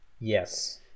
yes